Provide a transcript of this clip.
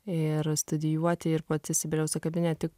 ir studijuoti ir pati sibelijaus akademija tik